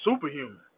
superhuman